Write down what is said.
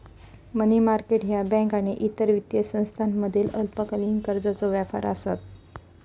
मनी market ह्या बँका आणि इतर वित्तीय संस्थांमधील अल्पकालीन कर्जाचो व्यापार आसत